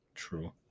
True